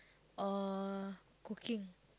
or cooking